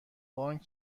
بانک